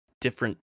different